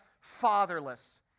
fatherless